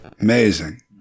Amazing